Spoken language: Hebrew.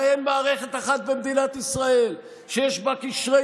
הרי אין מערכת אחת במדינת ישראל שיש בה קשרי